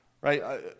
right